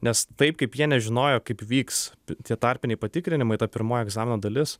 nes taip kaip jie nežinojo kaip vyks tie tarpiniai patikrinimai ta pirmoji egzamino dalis